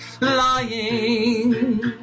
lying